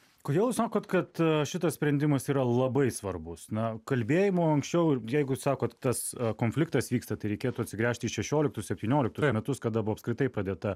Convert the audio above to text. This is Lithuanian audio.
kodėl jūs sakot kad šitas sprendimas yra labai svarbus na kalbėjimo anksčiau ir jeigu sakot tas konfliktas vyksta tai reikėtų atsigręžt į šešioliktus septynioliktus metus kada apskritai pradėta